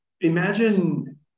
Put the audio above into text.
imagine